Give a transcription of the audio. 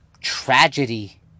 tragedy